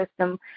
system